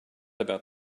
about